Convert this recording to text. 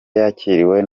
yakiriwe